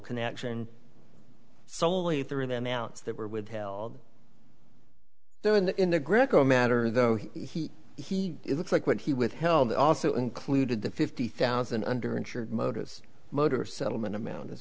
connection solely through them outs that were withheld though in the in the greco matter though he he looks like what he withheld also included the fifty thousand under insured motos motor settlement amount as